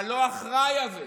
הלא-אחראי הזה,